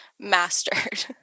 mastered